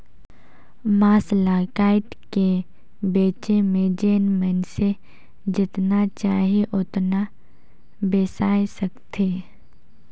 मांस ल कायट के बेचे में जेन मइनसे जेतना चाही ओतना बेसाय सकथे